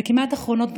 וכמעט אחרונות,